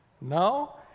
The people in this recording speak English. No